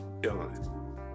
done